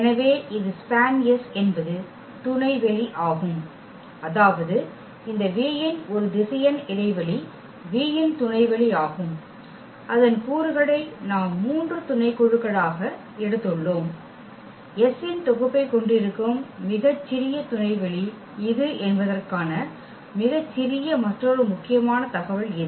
எனவே இது SPAN என்பது துணைவெளி ஆகும் அதாவது இந்த V இன் ஒரு திசையன் இடைவெளி V இன் துணைவெளி ஆகும் அதன் கூறுகளை நாம் மூன்று துணைக்குழுக்களாக எடுத்துள்ளோம் S இன் தொகுப்பைக் கொண்டிருக்கும் மிகச்சிறிய துணைவெளி இது என்பதற்கான மிகச்சிறிய மற்றொரு முக்கியமான தகவல் இது